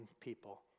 people